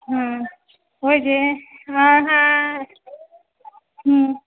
হুম ওই যে হ্যাঁ হ্যাঁ হুম